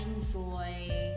enjoy